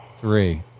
three